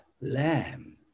lamb